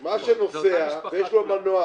מה שנוסע ויש לו מנוע,